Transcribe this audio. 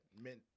meant